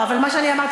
למה?